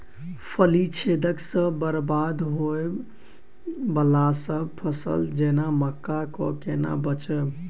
फली छेदक सँ बरबाद होबय वलासभ फसल जेना मक्का कऽ केना बचयब?